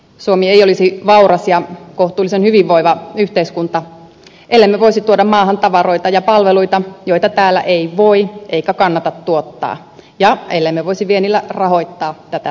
suomi ei olisi vauras ja kohtuullisen hyvinvoiva yhteiskunta ellemme voisi tuoda maahan tavaroita ja palveluita joita täällä ei voi eikä kannata tuottaa ja ellemme voisi viennillä rahoittaa tätä tuontia